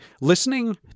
listening